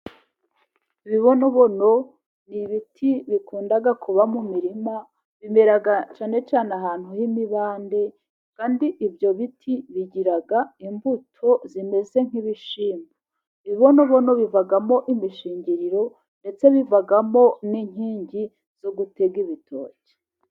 Ibibonobono ni ibiti bikunda kuba mu mirima, bimera cyane cyane ahantu h'imibande, kandi ibyo biti bigira imbuto zimeze nk'ibishyimbo. Ibibonobono bivamo imishingiriro, ndetse bivamo n'inkingi zo gutega ibitoki.